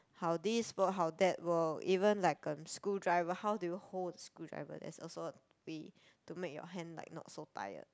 how this work how that work even like um screwdriver how do you hold the screwdriver there's also a way to make your hand like not so tired